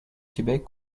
québec